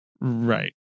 Right